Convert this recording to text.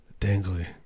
Dangly